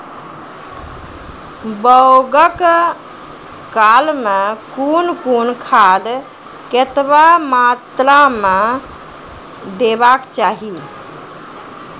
बौगक काल मे कून कून खाद केतबा मात्राम देबाक चाही?